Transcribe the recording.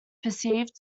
perceived